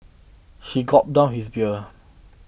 he gulped down his beer